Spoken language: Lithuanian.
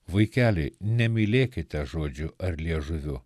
vaikeliai nemylėkite žodžiu ar liežuviu